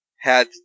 had-